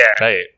Right